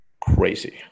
crazy